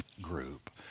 group